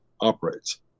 operates